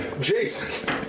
Jason